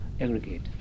aggregate